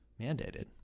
mandated